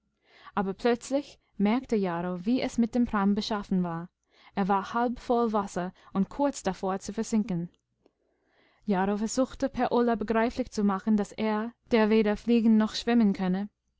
aber plötzlich merkte jarro wie es mit dem prahm beschaffen war er war halb voll wasser und kurz davor zu versinken jarro versuchte per ola begreiflich zu machen daß er der weder fliegen noch schwimmen könne